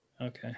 Okay